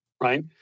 right